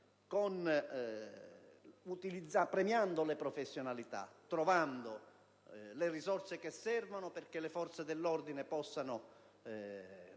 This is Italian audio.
premiando le professionalità, trovando le risorse che servono perché le forze dell'ordine possano compiere